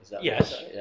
yes